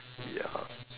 ya